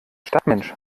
stadtmensch